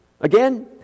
Again